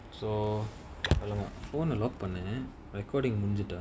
so அவளோதா:avalothaa phone ah lock பன்ன:panna recording முடிஞ்சிடா:mudinjitaa